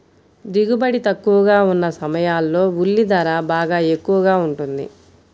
దిగుబడి తక్కువగా ఉన్న సమయాల్లో ఉల్లి ధర బాగా ఎక్కువగా ఉంటుంది